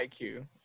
IQ